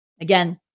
Again